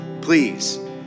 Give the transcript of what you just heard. please